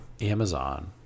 Amazon